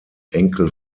enkel